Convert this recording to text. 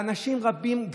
אנשים רבים,